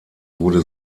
wurde